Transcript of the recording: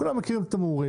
כולם מכירים את התמרורים,